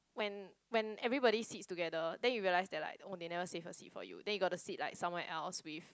when when everybody sits together then you realize that like oh they never save a seat for you then you got to sit like somewhere else with